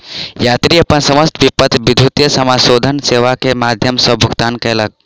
यात्री अपन समस्त विपत्र विद्युतीय समाशोधन सेवा के माध्यम सॅ भुगतान कयलक